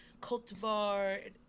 cultivar